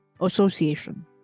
Association